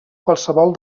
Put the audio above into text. qualsevol